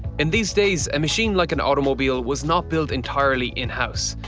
in these days, a machine like an automobile was not built entirely in house.